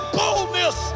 boldness